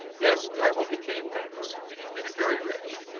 yes, dival became famous and very rich.